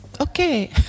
Okay